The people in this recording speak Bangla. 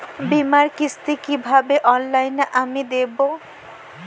বীমার কিস্তি কিভাবে অনলাইনে আমি দেবো?